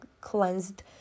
cleansed